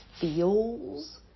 feels